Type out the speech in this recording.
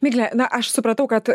miglė na aš supratau kad